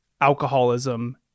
alcoholism